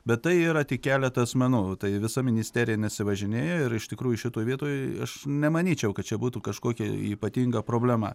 bet tai yra tik keleta asmenų tai visa ministerija nesivažinėja ir iš tikrųjų šitoj vietoj aš nemanyčiau kad čia būtų kažkokia ypatinga problema